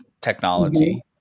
technology